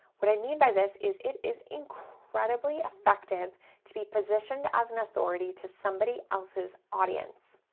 what i mean by this is it is incredibly effective to be positioned as an authority to somebody else's audience.